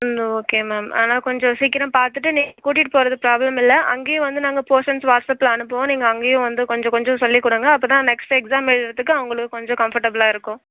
ம் okay ma'am ஆனால் கொஞ்சம் சீக்கிரம் பார்த்துட்டு நீங்கள் கூட்டிகிட்டு போறது பிராப்ளம் இல்லை அங்கேயும் வந்து நாங்கள் போர்ஷன்ஸ் வாட்ஸப்பில் அனுப்புவோம் நீங்கள் அங்கேயும் வந்து கொஞ்சம் கொஞ்சம் சொல்லிக்கோடுங்க அப்போதான் நெக்ஸ்ட் எக்ஸாம் எழுதுறதுக்கு அவங்களுக்கு கொஞ்சம் கம்ஃபர்டபுலாக இருக்கும்